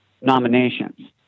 nominations